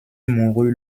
mourut